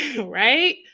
right